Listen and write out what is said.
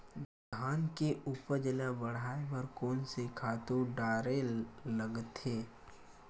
धान के उपज ल बढ़ाये बर कोन से खातु डारेल लगथे?